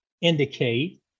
indicate